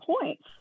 points